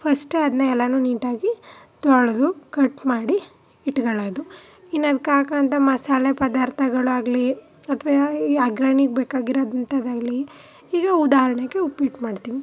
ಫಸ್ಟೆ ಅದನ್ನ ಎಲ್ಲನೂ ನೀಟಾಗಿ ತೊಳೆದು ಕಟ್ ಮಾಡಿ ಇಟ್ಕೊಳ್ಳೋದು ಇನ್ನು ಅದ್ಕೆ ಹಾಕುವಂಥ ಮಸಾಲೆ ಪದಾರ್ಥಗಳಾಗ್ಲಿ ಅಥ್ವಾ ಈ ಅಗ್ರಣಿಗೆ ಬೇಕಾಗಿರುವಂಥದ್ದಾಗ್ಲಿ ಈಗ ಉದಾಹರಣೆಗೆ ಉಪ್ಪಿಟ್ಟು ಮಾಡ್ತೀನಿ